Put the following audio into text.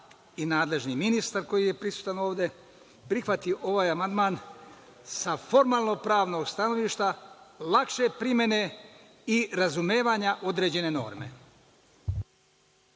i nadležni ministar koji je prisutan ovde prihvati ovaj amandman sa formalno pravnog stanovišta, lakše primene i razumevanja određene norme.